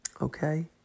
Okay